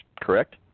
correct